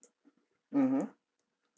mmhmm